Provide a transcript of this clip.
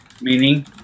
Meaning